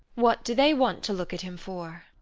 what do they want to look at him for?